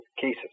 cases